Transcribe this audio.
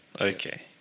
Okay